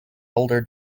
elder